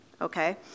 okay